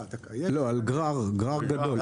לא, על גרר גדול.